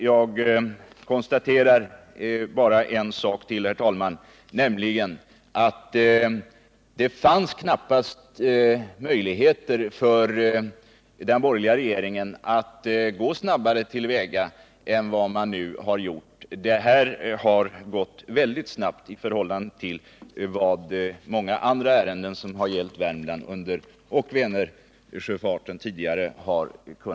Jag konstaterar, herr talman, att det knappast har funnits möjligheter för den borgerliga regeringen att gå snabbare till väga än vad man har gjort. Här har man agerat väldigt snabbt i förhållande till tidigare regerings ageranden i många andra ärenden som har gällt Värmland och Vänersjöfarten.